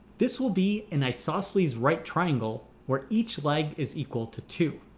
this will be an isosceles right triangle, where each leg is equal to two.